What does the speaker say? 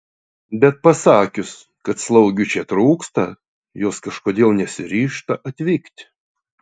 bet pasakius kad slaugių čia trūksta jos kažkodėl nesiryžta atvykti